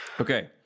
Okay